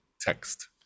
text